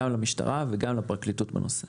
גם למשטרה וגם לפרקליטות בנושא